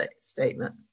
statement